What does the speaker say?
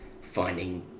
finding